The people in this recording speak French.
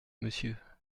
monsieur